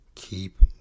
keep